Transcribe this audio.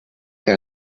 que